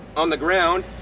on the ground.